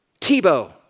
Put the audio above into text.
Tebow